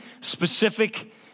specific